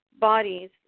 bodies